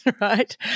right